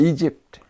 Egypt